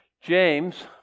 James